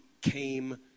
came